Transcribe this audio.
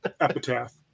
Epitaph